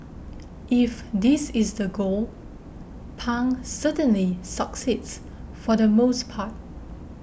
if this is the goal Pang certainly succeeds for the most part